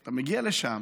אתה מגיע לשם